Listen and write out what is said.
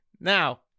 Now